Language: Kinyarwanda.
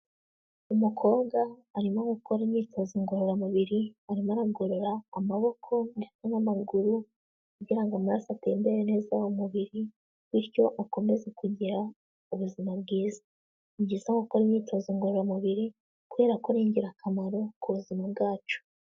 Umukobwa arimo gukora imyitozo ngororamubiri, arimo aragorora amaboko ndetse n'amaguru kugira ngo amaraso atembere neza mu mubiri bityo akomeze kugira ubuzima bwiza byiza, ni byiza gukora imyitozo ngororamubiri kubera ko ari ingirakamaro ku buzima bwacu.